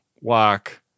walk